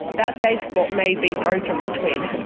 that safe spot may be broken between her.